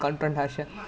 oh ya ஆமா ஆமா:aamaa aamaa